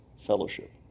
Fellowship